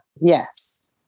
Yes